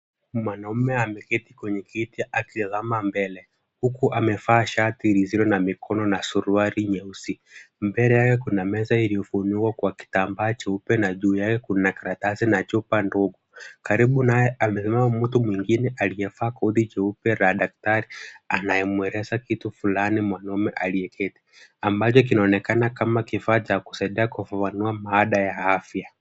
Mwanaume ameketi kwenye kiti akitazama mbele huku amevaa shati lililo na mikono na suruali nyeusi. Mbele yao kuna meza iliyofunikwa kwa kitambaa cheupe na juu yake kuna karatasi na chupa ndogo. Karibu naye amenoa mtu mwingine aliyevaa koti jeupe la daktari anayemweleza kitu fulani mwanaume aliyeketi. Kwa mbali kinaonekana kama kifaa cha kusaidia kufafanua baada ya afya.